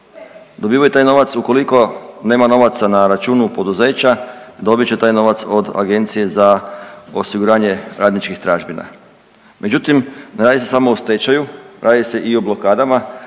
Dobivaju taj novac ukoliko nema novaca na računu poduzeća, dobit će taj novac od Agencije za osiguranje radničkih tražbina. Međutim, ne radi se samo o stečaju radi se i o blokadama